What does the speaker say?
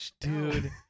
Dude